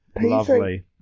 Lovely